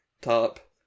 top